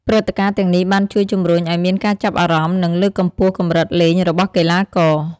ព្រឹត្តិការណ៍ទាំងនេះបានជួយជំរុញឲ្យមានការចាប់អារម្មណ៍ និងលើកកម្ពស់កម្រិតលេងរបស់កីឡាករ។